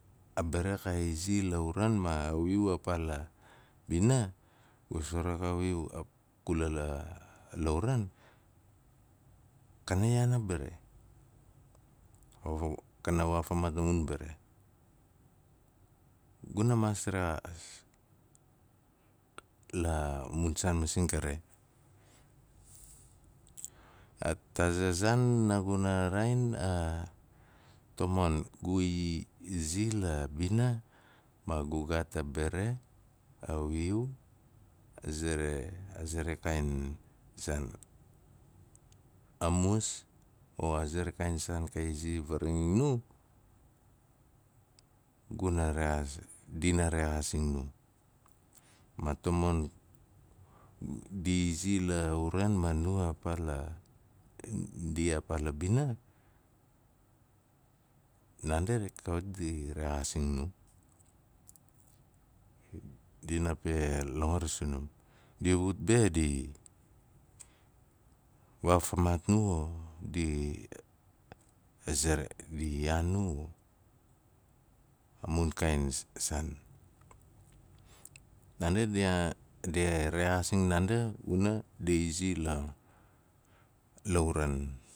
A bare xa izi lauran ma wiu a paa la bina gu ut varing a wiu a kula la uran, kana yaan a bare o kana waafa maat a mun mbari. Guna maas rexaas, la mun saan masing kare. Aa- fa za zaan guna raain, tamon ga izi la bina ma gu gaat a bare, a wiu, a ze re. aze re kaain saan a mus o a ze re kaain saan ka izi varing nu, guna rexaas, dina rexaazing nu. Ma tamon n- ndi izi la lauran man nu a paa la ndi a paa la bina, naande kawat di rexaasing nu. Dina pe iangar sunum, di ut be di waafa maat nu o di, a ze re, di yaan nu o, a mun. Kaain saan. Naande dia rexaazing naande vuna di zi la uran.